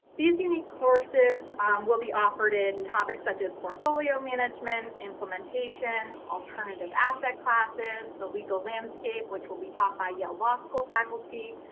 these unique courses will be offered in topics such as portfolio management, implementation, alternative asset classes, the legal landscape, which will be taught by yale law school faculty,